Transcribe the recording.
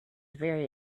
very